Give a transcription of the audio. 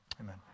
Amen